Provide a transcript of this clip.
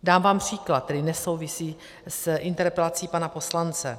Dám vám příklad, který nesouvisí s interpelací pana poslance.